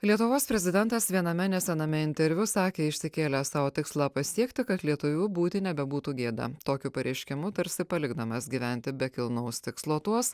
lietuvos prezidentas viename nesename interviu sakė išsikėlęs sau tikslą pasiekti kad lietuviu būti nebebūtų gėda tokiu pareiškimu tarsi palikdamas gyventi be kilnaus tikslo tuos